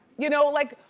you know like,